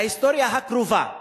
ההיסטוריה הקרובה בעירק: